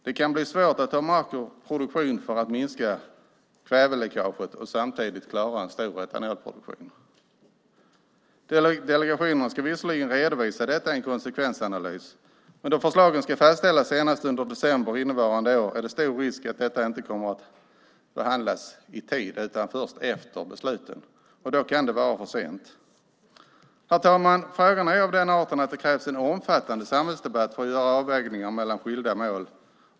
Det kan bli svårt att ha markproduktion för att minska kväveläckaget och samtidigt klara en stor etanolproduktion. Delegationerna ska visserligen redovisa detta i en konsekvensanalys, men då förslagen ska fastställas senast under december innevarande år är det stor risk att detta inte kommer att behandlas i tid, utan först efter besluten. Då kan det vara för sent. Herr talman! Frågan är av den arten att det krävs en omfattande samhällsdebatt för att göra avvägningar mellan skilda mål.